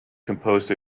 composed